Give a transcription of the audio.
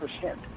percent